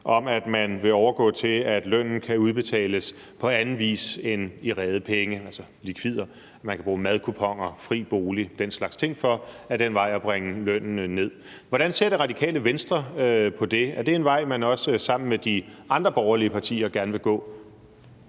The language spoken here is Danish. om, at man vil overgå til, at lønnen kan udbetales på anden vis end i rede penge, altså likvider. Man kan bruge madkuponer, fri bolig og den slags ting for ad den vej at bringe lønnen ned. Hvordan ser Radikale Venstre på det? Er det en vej, man også sammen med de andre borgerlige partier gerne vil gå?